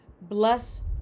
bless